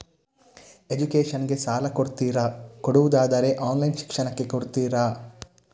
Education ಗೆ ಸಾಲ ಕೊಡ್ತೀರಾ, ಕೊಡುವುದಾದರೆ ಆನ್ಲೈನ್ ಶಿಕ್ಷಣಕ್ಕೆ ಕೊಡ್ತೀರಾ?